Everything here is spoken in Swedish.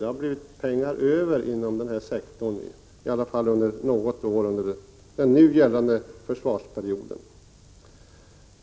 Man har således fått pengar över inom denna sektor, åtminstone under något år under den nuvarande försvarsperioden.